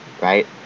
right